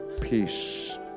Peace